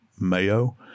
mayo